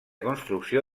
construcció